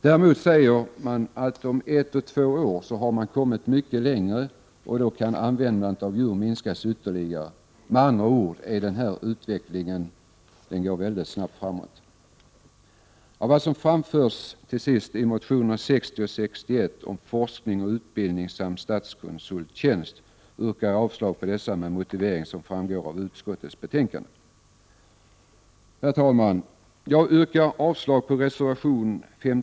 Däremot säger man att man om 1-2 år har kommit mycket längre och då kan användandet av djur minskas ytterligare. Med andra ord går den här utvecklingen mycket snabbt framåt. samt statskonsulttjänst yrkar jag avslag på med den motivering som framgår Prot. 1988/89:95 av utskottets betänkande.